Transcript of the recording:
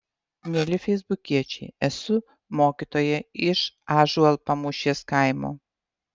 mieli feisbukiečiai esu mokytoja iš ąžuolpamūšės kaimo